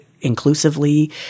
inclusively